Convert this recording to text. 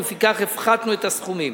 ולפיכך הפחתנו את הסכומים.